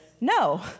no